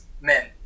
men